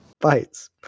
bites